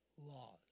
laws